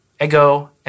Ego